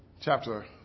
chapter